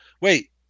Wait